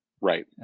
Right